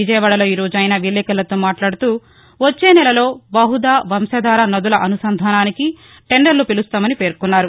విజయవాడలో ఈరోజు ఆయన విలేకరులతో మాట్లాడుతూవచ్చేనెలలో బహుదా వంశధార సదుల అనుసంధానానికి టెండర్లు పిలుస్తామని పేర్కొన్నారు